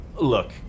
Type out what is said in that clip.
Look